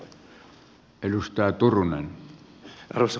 arvoisa puhemies